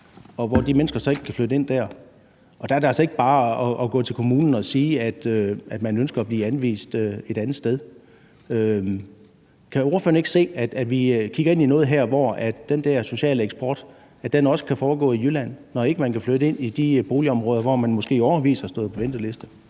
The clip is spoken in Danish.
Men de mennesker kan så ikke flytte ind der, og der er det altså ikke bare noget med at gå til kommunen og sige, at man ønsker at blive anvist et andet sted. Kan ordføreren ikke se, at vi kigger ind i noget her, hvor vi ser, at den der sociale eksport også kan foregå i Jylland, når man ikke kan flytte ind i de boligområder, som man måske i årevis har stået på venteliste